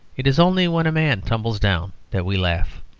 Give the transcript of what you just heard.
it is only when a man tumbles down that we laugh.